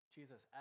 Jesus